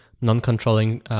non-controlling